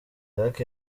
iraq